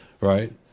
Right